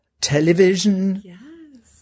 television